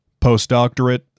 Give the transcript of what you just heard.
Postdoctorate